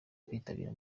kwitabira